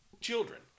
children